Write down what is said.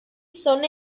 son